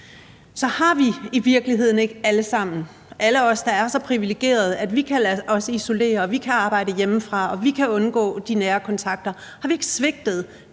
Så har vi i virkeligheden ikke alle sammen – alle os, der er så privilegerede, at vi kan lade os isolere, at vi kan arbejde hjemmefra og vi kan undgå de nære kontakter – svigtet